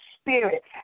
spirit